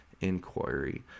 inquiry